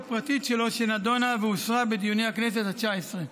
פרטית שלו שנדונה ואושרה בדיוני הכנסת התשע-עשרה,